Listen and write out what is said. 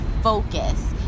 focus